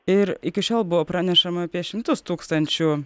ir iki šiol buvo pranešama apie šimtus tūkstančių